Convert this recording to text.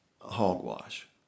Hogwash